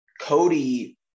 Cody